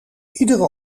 iedere